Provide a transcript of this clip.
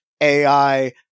AI